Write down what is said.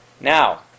Now